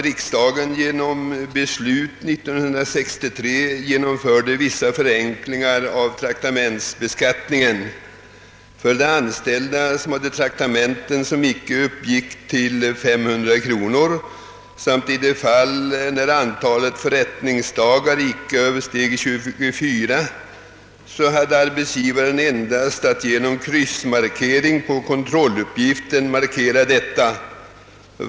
Riksdagen beslöt ju 1963 vissa förenklingar av traktamentsbeskattningen för sådana anställda som hade traktamenten som inte uppgick till 500 kronor, och i de fall antalet förrättningsdagar inte översteg 24 hade arbetsgivaren endast att genom kryssmarkering på kontrolluppgiften ange detta.